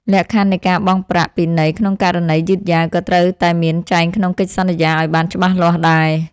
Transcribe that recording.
លក្ខខណ្ឌនៃការបង់ប្រាក់ពិន័យក្នុងករណីយឺតយ៉ាវក៏ត្រូវតែមានចែងក្នុងកិច្ចសន្យាឱ្យបានច្បាស់លាស់ដែរ។